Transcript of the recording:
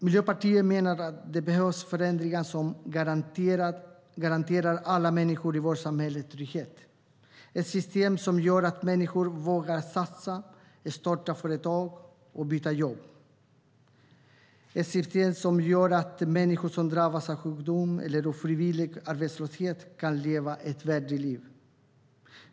Miljöpartiet menar att det behövs förändringar som garanterar alla människor i vårt samhälle trygghet - ett system som gör att människor vågar satsa, starta företag och byta jobb, ett system som gör att människor som drabbats av sjukdom eller ofrivillig arbetslöshet kan leva ett värdigt liv.